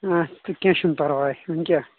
آچھا تہٕ کینٛہہ چھُنہٕ پَرواے وۄنۍ کیٛاہ